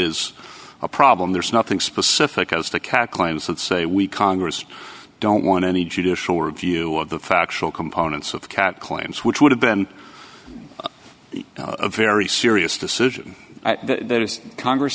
is a problem there's nothing specific as the cat clients that say we congress don't want any judicial review of the factual components of cat claims which would have been a very serious decision at